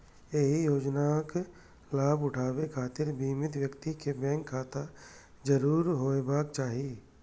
एहि योजनाक लाभ उठाबै खातिर बीमित व्यक्ति कें बैंक खाता जरूर होयबाक चाही